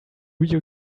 you